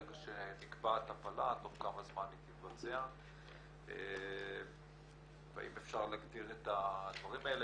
גע שנקבעת הפלה תוך כמה זמן היא תתבצע והאם אפשר להגדיר את הדברים האלה,